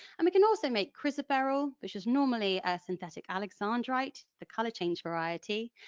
um can also make chrysoberyl, which is normally a synthetic alexandrite, the colour change variety,